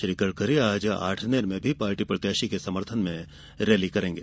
श्री गडकरी आज आठनेर में भी पार्टी प्रत्याशी के समर्थन में रैली करेंगे